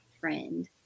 friend